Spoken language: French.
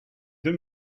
deux